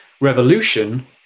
Revolution